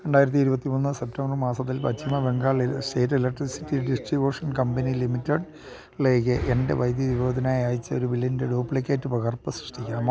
രണ്ടായിരത്തി ഇരുപത്തിമൂന്ന് സെപ്റ്റംബർ മാസത്തിൽ പശ്ചിമ Bengal state electricity distribution company limited ലേക്ക് എൻ്റെ വൈദ്യുതി ഉപയോഗത്തിനായി അയച്ചൊരു ബില്ലിൻ്റെ ഡ്യൂപ്ലിക്കേറ്റ് പകർപ്പ് സൃഷ്ടിക്കാമോ